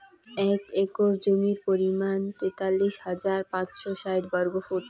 এক একর জমির পরিমাণ তেতাল্লিশ হাজার পাঁচশ ষাইট বর্গফুট